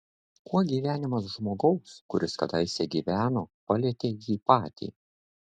kuo gyvenimas žmogaus kuris kadaise gyveno palietė jį patį